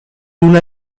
una